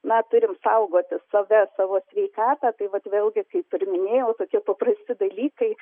na turim saugoti save savo sveikatą tai vat vėlgi kaip ir minėjau tokie paprasti dalykai